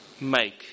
make